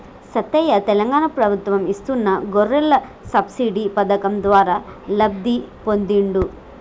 సత్తయ్య తెలంగాణ ప్రభుత్వం ఇస్తున్న గొర్రెల సబ్సిడీ పథకం ద్వారా లబ్ధి పొందిండు